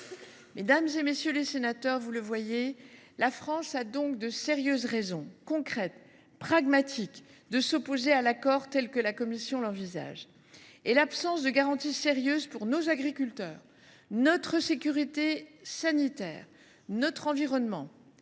et ses citoyens qui s’en trouverait endommagé. La France a donc de sérieuses raisons, concrètes, pragmatiques, de s’opposer à l’accord tel que la Commission l’envisage. L’absence de garanties solides pour nos agriculteurs, notre sécurité sanitaire, notre environnement